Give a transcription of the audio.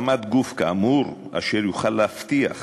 גוף כאמור אשר יוכל להבטיח